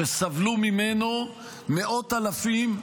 שסבלו ממנו מאות אלפים,